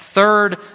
Third